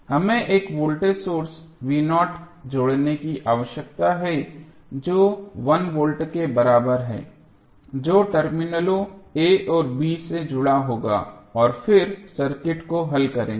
हमें एक voltage source जोड़ने की आवश्यकता है जो 1 वोल्ट के बराबर है जो टर्मिनलों a और b से जुड़ा होगा और फिर सर्किट को हल करेंगे